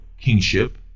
kingship